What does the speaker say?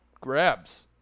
grabs